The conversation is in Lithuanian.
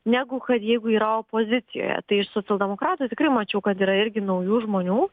negu kad jeigu yra opozicijoje tai iš socialdemokratų tikrai mačiau kad yra irgi naujų žmonių